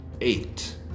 eight